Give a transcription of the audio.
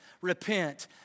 repent